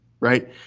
Right